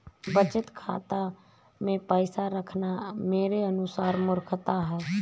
बचत खाता मैं पैसा रखना मेरे अनुसार मूर्खता है